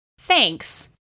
thanks